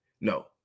No